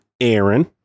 aaron